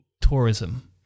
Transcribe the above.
tourism